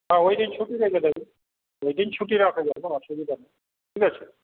হ্যাঁ ওইদিন ছুটি রেখে দেবেন ওইদিন ছুটি রাখা যায় কোনও অসুবিধা নেই ঠিক আছে